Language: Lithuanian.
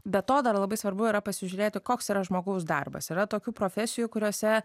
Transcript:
be to dar labai svarbu yra pasižiūrėti koks yra žmogaus darbas yra tokių profesijų kuriose